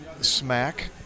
smack